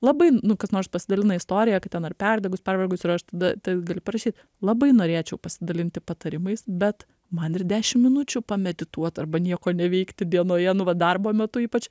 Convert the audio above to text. labai nu kas nors pasidalina istorija kad ten ar perdegus pervargus ir aš tada galiu parašyt labai norėčiau pasidalinti patarimais bet man ir dešimt minučių pamedituot arba nieko neveikti dienoje nu va darbo metu ypač